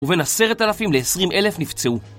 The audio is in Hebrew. ובין עשרת אלפים לעשרים אלף נפצעו